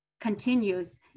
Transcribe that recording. continues